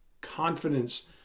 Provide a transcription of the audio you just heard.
Confidence